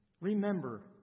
remember